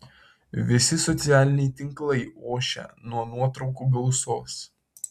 visi socialiniai tinklai ošia nuo nuotraukų gausos